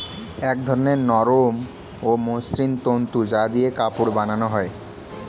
এক ধরনের নরম ও মসৃণ তন্তু যা দিয়ে কাপড় বানানো হয়